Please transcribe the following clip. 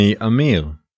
Amir